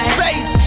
Space